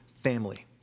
family